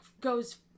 goes